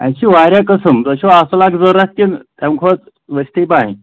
اَسہِ چھِ واریاہ قٕسٕم تۄہہِ چھُو اَصٕل اَکھ ضوٚرتھ کِنہٕ تَمہِ کھۄتہٕ ؤسۍتٕے پہن